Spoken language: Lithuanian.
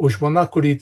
o žmona kuri